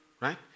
right